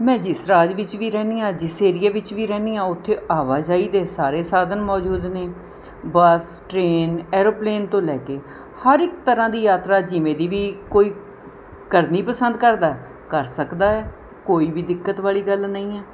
ਮੈ ਜਿਸ ਰਾਜ ਵਿੱਚ ਵੀ ਰਹਿੰਦੀ ਹਾਂ ਜਿਸ ਏਰੀਏ ਵਿੱਚ ਵੀ ਰਹਿੰਦੀ ਹਾਂ ਉੱਥੇ ਆਵਾਜਾਈ ਦੇ ਸਾਰੇ ਸਾਧਨ ਮੌਜੂਦ ਨੇ ਬੱਸ ਟਰੇਨ ਐਰੋਪਲੇਨ ਤੋਂ ਲੈ ਕੇ ਹਰ ਇੱਕ ਤਰ੍ਹਾਂ ਦੀ ਯਾਤਰਾ ਜਿਵੇਂ ਦੀ ਵੀ ਕੋਈ ਕਰਨੀ ਪਸੰਦ ਕਰਦਾ ਕਰ ਸਕਦਾ ਹੈ ਕੋਈ ਵੀ ਦਿੱਕਤ ਵਾਲ਼ੀ ਗੱਲ ਨਹੀਂ ਹੈ